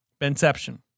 Benception